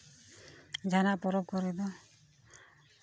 ᱡᱟᱦᱟᱱᱟᱜ ᱯᱚᱨᱚᱵᱽ ᱠᱚᱨᱮ ᱫᱚ